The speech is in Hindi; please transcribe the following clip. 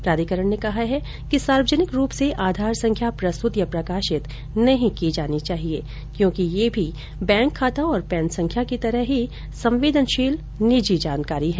प्राधिकरण ने कहा है कि सार्वजनिक रूप से आधार संख्या प्रस्तुत या प्रकाशित नहीं की जानी चाहिए क्योंकि यह भी बैंक खाता और पैन संख्या की तरह संवदेनशील निजी जानकारी है